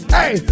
Hey